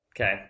Okay